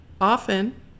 Often